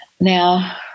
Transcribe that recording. Now